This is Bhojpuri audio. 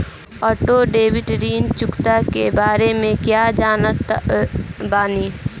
ऑटो डेबिट ऋण चुकौती के बारे में कया जानत बानी?